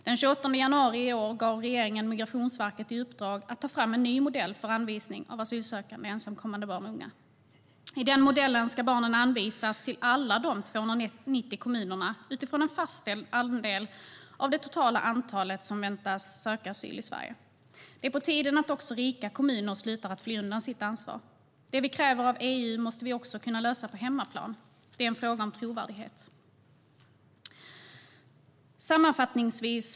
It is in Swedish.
Den 28 januari i år gav regeringen Migrationsverket i uppdrag att ta fram en ny modell för anvisning av asylsökande ensamkommande barn och unga. I den modellen ska barnen anvisas till alla de 290 kommunerna utifrån en fastställd andel av det totala antal som väntas söka asyl i Sverige. Det är på tiden att rika kommuner slutar att fly undan ansvar. Det vi kräver av EU måste vi också kunna lösa på hemmaplan - det är en fråga om trovärdighet.